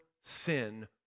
sin